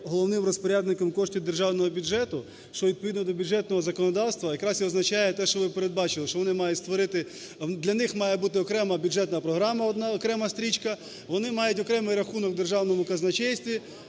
головним розпорядником коштів Державного бюджету, що відповідно до бюджетного законодавства якраз і означає те, що ви передбачили, що вони мають створити. Для них має бути окрема бюджетна програма, одна окрема стрічка. Вони мають окремий рахунок в державному казначействі,